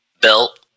belt